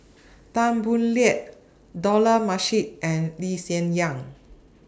Tan Boo Liat Dollah Majid and Lee Hsien Yang